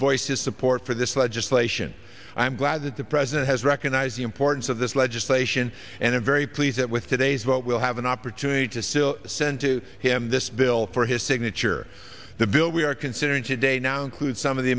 his support for this legislation i'm glad that the president has recognized the importance of this legislation and i'm very pleased that with today's vote we'll have an opportunity to still send to him this bill for his signature the bill we are considering today now includes some of the